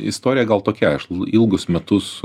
istorija gal tokia aš ilgus metus